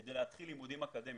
כדי להתחיל לימודים אקדמאיים.